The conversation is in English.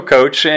Coach